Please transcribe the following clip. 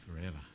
forever